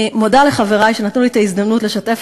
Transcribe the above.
אני מודה לחברי שנתנו לי את ההזדמנות לשתף